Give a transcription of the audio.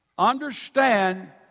Understand